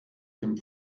dem